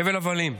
הבל הבלים.